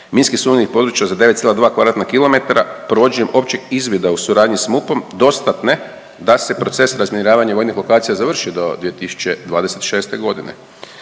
minski sumnjivih područja za 9,2 kvadratna kilometra, provođenja općeg izvida u suradnji sa MUP-om dostatne da se proces razminiravanja vojnih lokacija završi do 2026. godine.